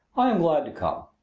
i am glad to come.